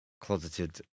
closeted